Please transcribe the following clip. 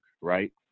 right